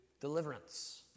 deliverance